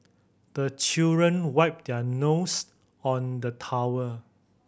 the children wipe their nose on the towel